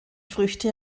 früchte